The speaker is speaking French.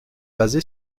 basé